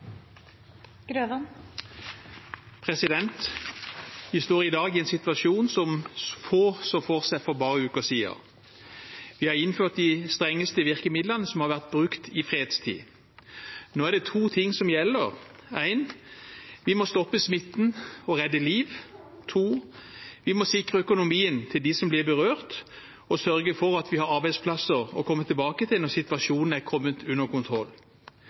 Vi står i dag i en situasjon som få så for seg for bare uker siden. Vi har innført de strengeste virkemidlene som har vært brukt i fredstid. Nå er det to ting som gjelder: For det første må vi stoppe smitten og redde liv. For det andre må vi sikre økonomien til dem som blir berørt, og sørge for at vi har arbeidsplasser å komme tilbake til når situasjonen er kommet under kontroll.